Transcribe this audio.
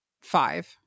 five